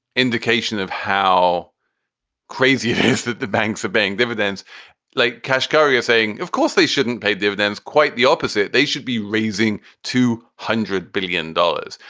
indication of how crazy it is that the banks of bank dividends like kashkari are saying. of course they shouldn't pay dividends. quite the opposite. they should be raising two hundred billion dollars.